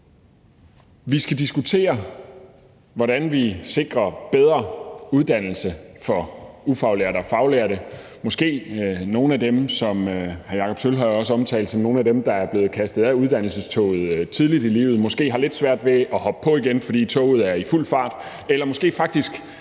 Vi skal diskutere, hvordan vi sikrer bedre uddannelse for ufaglærte og faglærte – måske nogle af dem, som hr. Jakob Sølvhøj også omtalte som nogle af dem, der er blevet kastet af uddannelsestoget tidligt i livet og måske har lidt svært ved at hoppe på igen, fordi toget er i fuld fart, eller måske faktisk